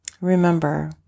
remember